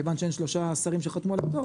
כיוון שיש שלושה שרים שחתמו על הפטור,